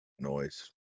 Noise